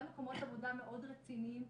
גם מקומות עבודה מאוד רציניים,